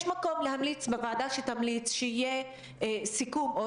יש מקום שהוועדה תמליץ שיהיה סיכום או